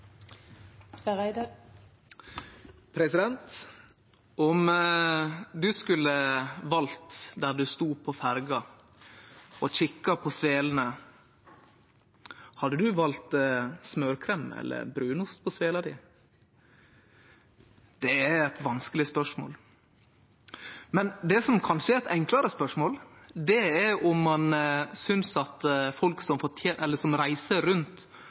handler om å bygge landet for vår tid. Om du stod på ferja og kika på svelene, hadde du valt smørkrem eller brunost på svela di? Det er eit vanskeleg spørsmål. Men det som kanskje er eit enklare spørsmål, er om ein synest at folk som reiser rundt